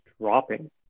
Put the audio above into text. dropping